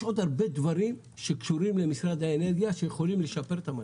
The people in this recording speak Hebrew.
יש עוד הרבה דברים שקשורים למשרד האנרגיה שיכולים לשפר את המצב.